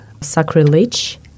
sacrilege